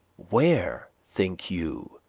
where, think you,